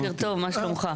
בוקר טוב, מה שלומך?